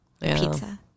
Pizza